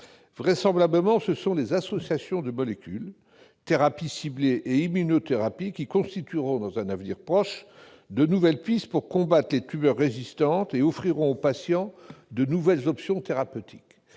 Vraisemblablement, ce sont les associations de molécules, thérapies ciblées et immunothérapies, qui constitueront, dans un avenir proche, de nouvelles pistes pour combattre les tumeurs résistantes et offriront aux patients de nouvelles options thérapeutiques.